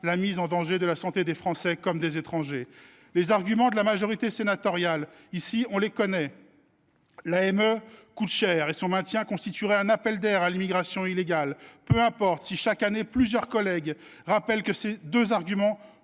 la mise en danger de la santé des Français comme des étrangers. Les arguments de la majorité sénatoriale, nous les connaissons bien : l’AME coûte cher et son maintien constituerait un appel d’air pour l’immigration illégale. Peu importe si chaque année plusieurs collègues rappellent que ces deux arguments